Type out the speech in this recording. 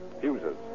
fuses